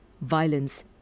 violence